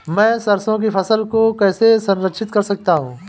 मैं सरसों की फसल को कैसे संरक्षित कर सकता हूँ?